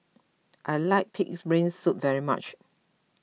I like Pig's Brain Soup very much